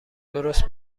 درست